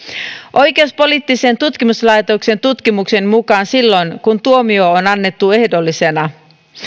oikeuspoliittisen tutkimuslaitoksen tutkimuksen mukaan silloin kun tuomio on annettu ehdollisena